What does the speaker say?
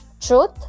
truth